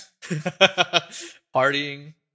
partying